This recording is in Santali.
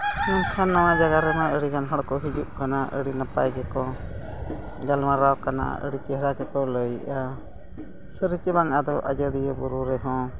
ᱢᱮᱱᱠᱷᱟᱱ ᱱᱚᱣᱟ ᱡᱟᱭᱜᱟ ᱨᱮᱢᱟ ᱟᱹᱰᱤᱜᱟᱱ ᱦᱚᱲ ᱠᱚ ᱦᱤᱡᱩᱜ ᱠᱟᱱᱟ ᱟᱹᱰᱤ ᱱᱟᱯᱟᱭ ᱜᱮᱠᱚ ᱜᱟᱞᱢᱟᱨᱟᱣ ᱠᱟᱱᱟ ᱟᱨ ᱟᱹᱰᱤ ᱪᱮᱦᱨᱟ ᱜᱮᱠᱚ ᱞᱟᱹᱭᱮᱫᱼᱟ ᱥᱟᱹᱨᱤ ᱪᱮ ᱵᱟᱝ ᱟᱫᱚ ᱟᱡᱳᱫᱤᱭᱟᱹ ᱵᱩᱨᱩ ᱨᱮᱦᱚᱸ